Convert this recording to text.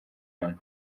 abantu